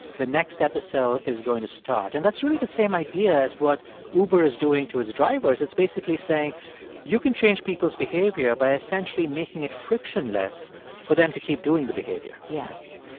the next episode is going to start. and that's really the same idea as what uber is doing to its drivers. it's basically saying you can change people's behavior by essentially making it frictionless for them to keep doing the behavior yes.